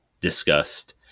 discussed